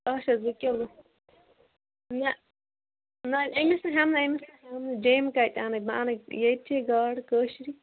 اَچھا زٕ کِلو نہَ نہَ حظ أمِس تہِ ہٮ۪مہٕ نہٕ أمِس ہٮ۪مہٕ نہٕ جیٚمہِ کتہِ انکھ بہٕ انکھ یتچے گاڈٕ کٲشرِ